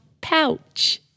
pouch